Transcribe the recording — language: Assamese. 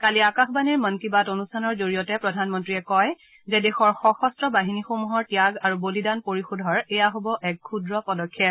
কালি আকাশবাণীৰ মন কী বাত অনুষ্ঠানৰ জৰিয়তে প্ৰধানমন্ত্ৰীয়ে কয় যে দেশৰ সশস্ত্ৰ বাহিনীসমূহৰ ত্যাগ আৰু বলিদান পৰিশোধৰ এয়া হ'ব এক ক্ষুদ্ৰ পদক্ষেপ